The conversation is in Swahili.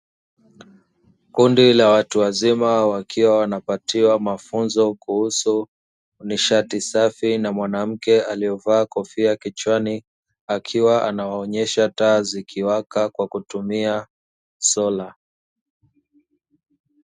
Kundi la watu wazima wakiwa wanapatiwa mafunzo kuhusu nishati safi na mwanamke aliyevaa kofia kichwani, akiwa anawaonyesha taa zikiwaka kwa kutumia sola.